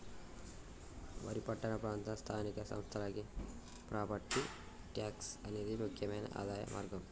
మరి పట్టణ ప్రాంత స్థానిక సంస్థలకి ప్రాపట్టి ట్యాక్స్ అనేది ముక్యమైన ఆదాయ మార్గం